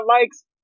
likes